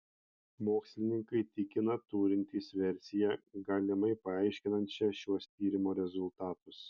mokslininkai tikina turintys versiją galimai paaiškinančią šiuos tyrimo rezultatus